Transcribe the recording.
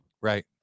Right